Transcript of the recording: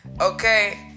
okay